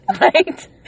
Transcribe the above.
Right